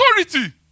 Authority